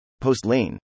post-lane